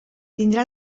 tindrà